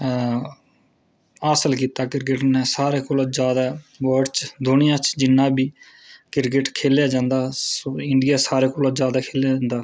अ हासिल कीता क्रिकेट ने सारे कोला जादै वर्ल्ड च दूनिया च जि'न्ना बी क्रिकेट खे'ल्लेआ जंदा साढ़े इंडिया सारे कोला जादै खे'ल्लेआ जंदा